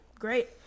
Great